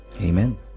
Amen